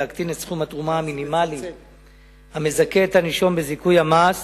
להקטין את סכום התרומה המינימלי המזכה את הנישום בזיכוי המס